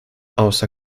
außer